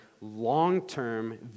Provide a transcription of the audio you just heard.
long-term